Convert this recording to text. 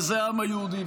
וזה העם היהודי.